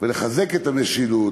ולחזק את המשילות,